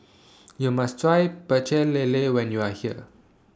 YOU must Try Pecel Lele when YOU Are here